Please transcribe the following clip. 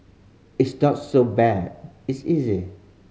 it's not so bad it's easy